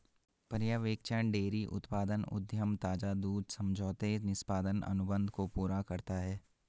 पर्यवेक्षण डेयरी उत्पाद उद्यम ताजा दूध समझौते निष्पादन अनुबंध को पूरा करता है